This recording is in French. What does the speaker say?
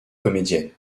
comédienne